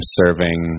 serving